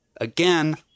again